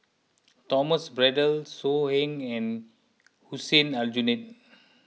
Thomas Braddell So Heng and Hussein Aljunied